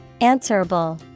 Answerable